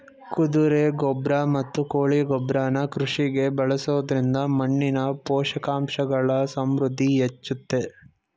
ಕುದುರೆ ಗೊಬ್ರ ಮತ್ತು ಕೋಳಿ ಗೊಬ್ರನ ಕೃಷಿಗೆ ಬಳಸೊದ್ರಿಂದ ಮಣ್ಣಿನ ಪೋಷಕಾಂಶಗಳ ಸಮೃದ್ಧಿ ಹೆಚ್ಚುತ್ತೆ